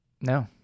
No